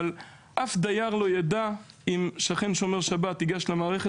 אבל אף דייר לא ידע אם שכן שומר שבת ייגש למערכת